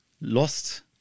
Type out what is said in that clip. lost